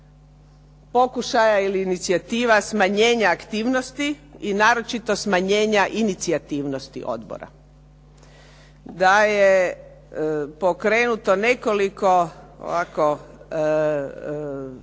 pokušaja ili inicijativa smanjenja aktivnosti i naročito smanjenja inicijativnosti odbora. Da je pokrenuto nekoliko ovako